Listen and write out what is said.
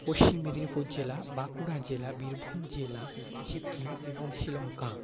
পশ্চিম মেদিনীপুর জেলা বাঁকুড়া জেলা বীরভূম জেলা সিকিম এবং শ্রীলঙ্কা